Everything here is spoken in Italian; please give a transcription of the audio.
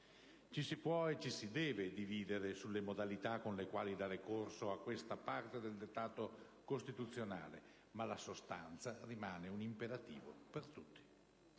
Ci si può e ci si deve dividere sulle modalità con le quali dare corso a questa parte del dettato costituzionale, ma la sostanza rimane un imperativo per tutti.